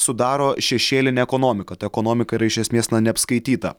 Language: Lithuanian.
sudaro šešėlinė ekonomika ta ekonomika yra iš esmės neapskaityta